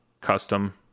custom